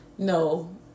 no